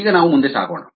ಈಗ ನಾವು ಮುಂದೆ ಸಾಗೋಣ